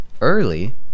early